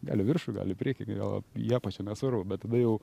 gal į viršų gal į priekį iki galo į apačią nesvarbu bet tada jau